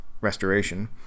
restoration